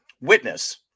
witness